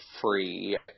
free